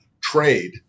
trade